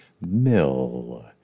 mill